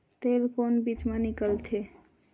तेल कोन बीज मा निकलथे?